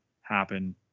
happen